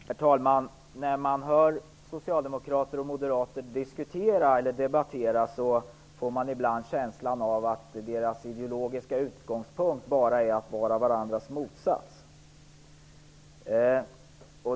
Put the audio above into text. Herr talman! När man hör moderater och socialdemokrater debattera får man ibland känslan av att deras ideologiska utgångspunkt bara är att vara varandras motsats.